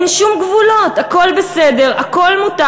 אין שום גבולות, הכול בסדר, הכול מותר.